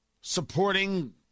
supporting